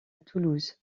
toulouse